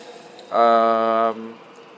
um